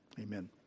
Amen